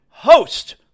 host